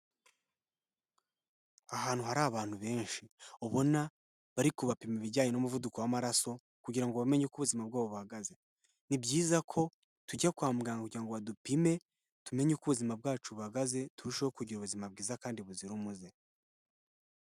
Ahantu hari abantu benshi, ubona bari kubapima ibijyanye n'umuvuduko w'amaraso kugira ngo bamenye uko ubuzima bwabo buhagaze, ni byiza ko tujya kwa muganga kugira ngo badupime, tumenye uko ubuzima bwacu buhagaze, turushaho kugira ubuzima bwiza kandi buzira umuze.